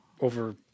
over